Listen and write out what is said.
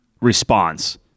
response